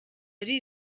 ari